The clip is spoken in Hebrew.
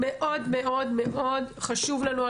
הנושא הזה מאוד חשוב לנו.